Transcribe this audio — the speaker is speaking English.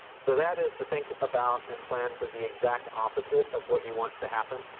so that is to think about and plan for the exact opposite of what you want to happen.